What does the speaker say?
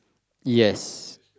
yes